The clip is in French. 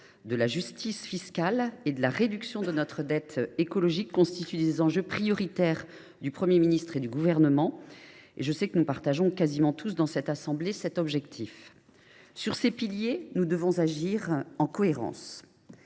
la justice fiscale et la réduction de notre dette écologique constituent des enjeux prioritaires du Premier ministre et du Gouvernement ; je le sais, nous visons quasiment tous, dans cet hémicycle, ces objectifs. Sur ces piliers, nous devons agir en cohérence.